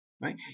right